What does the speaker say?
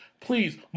please